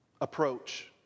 approach